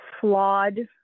flawed